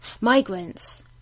Migrants